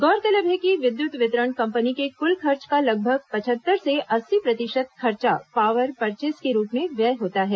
गौरतलब है कि विद्युत वितरण कंपनी के कुल खर्च का लगभग पचहत्तर से अस्सी प्रतिशत खर्चा पावर परचेस के रूप में व्यय होता है